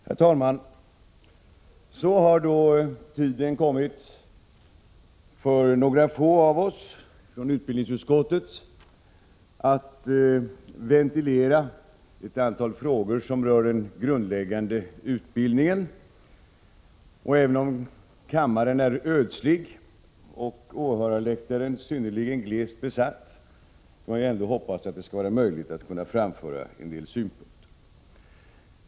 Herr talman! Så har tiden kommit för några få av oss i utbildningsutskottet att ventilera ett antal frågor som rör den grundläggande utbildningen. Även om kammaren är ödslig och åhörarläktaren synnerligen glest besatt, får jag ändå hoppas att det skall vara möjligt att framföra en del synpunkter.